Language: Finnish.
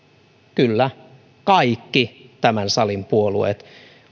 kyllä kaikki tämän salin puolueet